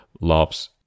loves